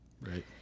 right